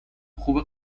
خوبه